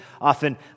often